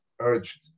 urged